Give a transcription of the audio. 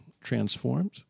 transformed